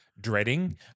dreading